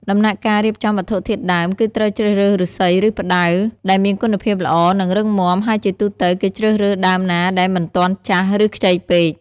ដំណាក់កាលរៀបចំវត្ថុធាតុដើម គឺត្រូវជ្រើសរើស ឫស្សី ឬ ផ្តៅ ដែលមានគុណភាពល្អ និងរឹងមាំ ហើយជាទូទៅ គេជ្រើសរើសដើមណាដែលមិនទាន់ចាស់ឬខ្ចីពេក។